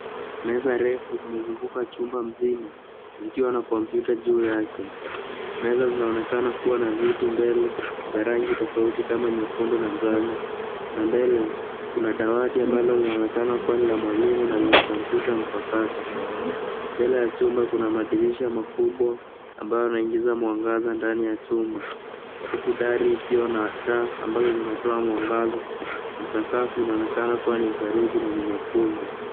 Meza refu zimezunguka chumba mzima zikiwa na kompyuta juu yake. Meza zinaonekana kuwa na viti mbele za rangi tofauti kama nyekundu na njano na mbele kuna dawati ambalo linaonekana kuwa ni la mwalimu na lina kompyuta mpakato. Mbele ya chumba kuna madirisha makubwa ambayo yanaingiza mwangaza ndani ya chumba huku dari ikiwa na taa ambazo zinatoa mwangaza na sakafu inaonekana kuwa ni saruji na ni nyekundu.